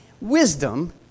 wisdom